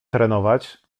trenować